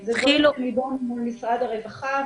זה --- להידון מול משרד הרווחה,